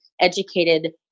educated